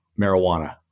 marijuana